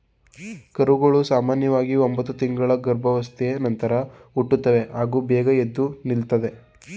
ಕರುಗಳು ಸಾಮನ್ಯವಾಗಿ ಒಂಬತ್ತು ತಿಂಗಳ ಗರ್ಭಾವಸ್ಥೆಯ ನಂತರ ಹುಟ್ಟುತ್ತವೆ ಹಾಗೂ ಬೇಗ ಎದ್ದು ನಿಲ್ತದೆ